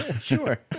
Sure